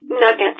Nuggets